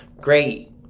Great